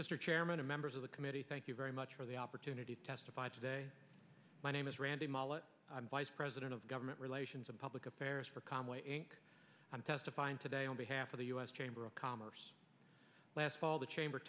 mr chairman and members of the committee thank you very much for the opportunity to testify today my name is randy mollett vice president of government relations and public affairs for conway ank i'm testifying today on behalf of the u s chamber of commerce last fall the chamber